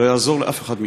לא יעזור לאף אחד מכם.